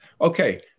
okay